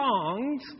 songs